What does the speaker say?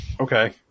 Okay